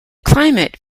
climate